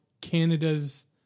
Canada's